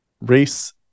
race